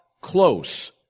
close